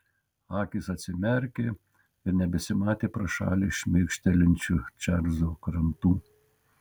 akys atsimerkė ir nebesimatė pro šalį šmėkštelinčių čarlzo krantų